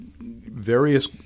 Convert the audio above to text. various